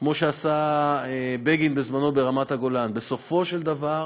כמו שעשה בגין בזמנו ברמת-הגולן, בסופו של דבר,